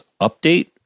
update